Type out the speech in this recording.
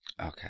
Okay